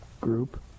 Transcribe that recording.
group